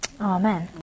Amen